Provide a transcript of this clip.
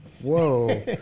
Whoa